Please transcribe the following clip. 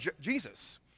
Jesus